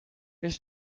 his